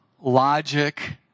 logic